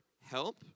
help